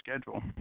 schedule